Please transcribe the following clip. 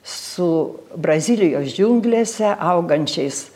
su brazilijos džiunglėse augančiais